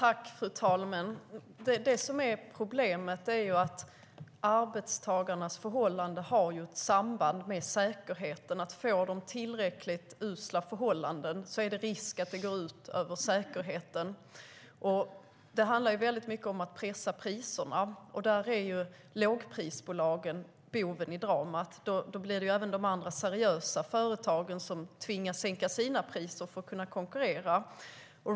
Fru talman! Problemet är att arbetstagarnas förhållanden har ett samband med säkerheten. Får de tillräckligt usla förhållanden är det risk att det går ut över säkerheten. Det handlar väldigt mycket om att pressa priserna, och där är lågprisbolagen boven i dramat. Då tvingas även de andra, seriösa företagen sänka sina priser för att kunna konkurrera.